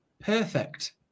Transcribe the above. perfect